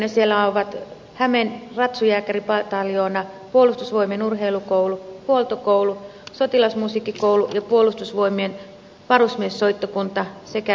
yksikköinä siellä ovat hämeen ratsujääkäripataljoona puolustusvoimien urheilukoulu huoltokoulu sotilasmusiikkikoulu ja puolustusvoimien varusmiessoittokunta sekä lääkintäkoulu